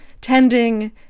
tending